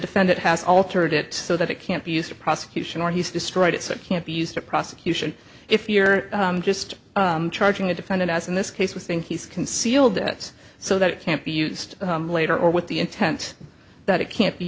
defendant has altered it so that it can't be used for prosecution or he's destroyed it so it can't be used for prosecution if you're just charging the defendant as in this case we think he's concealed deaths so that it can't be used later or with the intent that it can't be